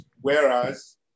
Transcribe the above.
Whereas